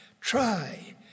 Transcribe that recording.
try